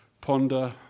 ponder